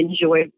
enjoy